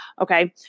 Okay